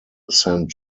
saint